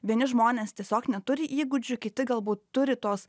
vieni žmonės tiesiog neturi įgūdžių kiti galbūt turi tos